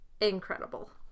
incredible